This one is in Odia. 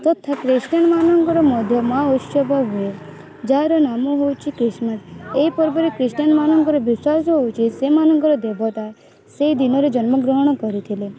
ତଥା ଖ୍ରୀଷ୍ଟିଆନମାନଙ୍କର ମଧ୍ୟମା ଉତ୍ସବ ହୁଏ ଯାହାର ନାମ ହେଉଛି ଏହି ପର୍ବରେ ଖ୍ରୀଷ୍ଟିଆନମାନଙ୍କର ବିଶ୍ୱାସ ହେଉଛି ସେମାନଙ୍କର ଦେବତା ସେଇ ଦିନରେ ଜନ୍ମ ଗ୍ରହଣ କରିଥିଲେ